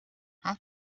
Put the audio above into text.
how